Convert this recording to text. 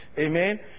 Amen